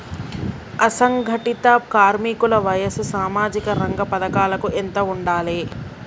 అసంఘటిత కార్మికుల వయసు సామాజిక రంగ పథకాలకు ఎంత ఉండాలే?